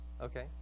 Okay